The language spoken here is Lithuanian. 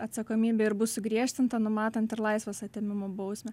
atsakomybė ir bus sugriežtinta numatant ir laisvės atėmimo bausmę